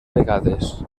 vegades